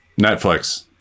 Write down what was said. Netflix